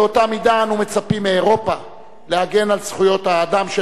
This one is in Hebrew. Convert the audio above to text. באותה מידה אנו מצפים מאירופה להגן על זכויות האדם של